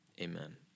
Amen